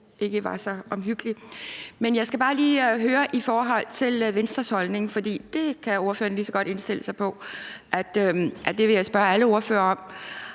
Jeg skal bare lige høre Venstres holdning – og det kan ordførerne lige så godt indstille sig på jeg vil spørge alle ordførere om.